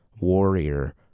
warrior